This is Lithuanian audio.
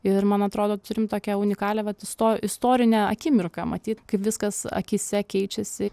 ir man atrodo turim tokią unikalią vat isto istorinę akimirką matyt kaip viskas akyse keičiasi